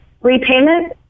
repayment